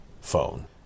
phone